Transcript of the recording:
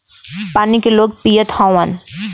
पानी के लोग पियत हउवन